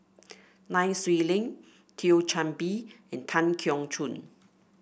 Nai Swee Leng Thio Chan Bee and Tan Keong Choon